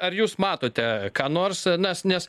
ar jūs matote ką nors nes nes